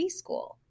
preschool